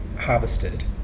harvested